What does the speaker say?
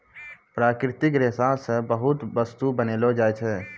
प्राकृतिक रेशा से बहुते बस्तु बनैलो जाय छै